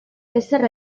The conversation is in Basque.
ezer